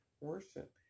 worship